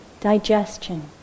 digestion